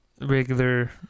regular